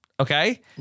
Okay